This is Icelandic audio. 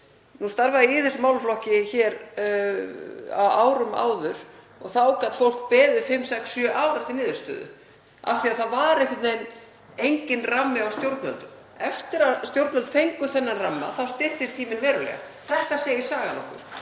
Nú starfaði ég í þessum málaflokki hér á árum áður og þá gat fólk beðið í fimm, sex, sjö ár eftir niðurstöðu af því að það var enginn rammi hjá stjórnvöldum. Eftir að stjórnvöld fengu þennan ramma þá styttist tíminn verulega. Þetta segir sagan okkur.